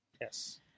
Yes